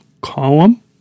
column